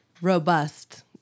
Robust